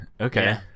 Okay